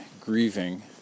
grieving